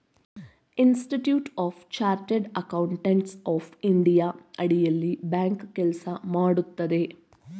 institute of chartered accountants of India ಅಡಿಯಲ್ಲಿ bank ಕೆಲಸ ಮಾಡುತ್ತದೆ